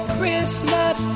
Christmas